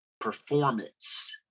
performance